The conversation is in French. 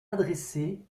adressée